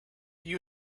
you